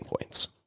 points